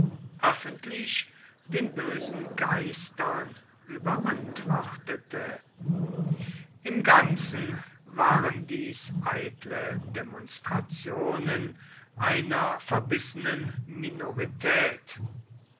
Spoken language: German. öffentlich den bösen geistern überantwortete im ganzen waren dies eitle demonstrationen einer verbissenen minorität